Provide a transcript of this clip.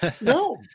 no